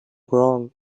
wrong